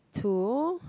to